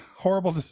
horrible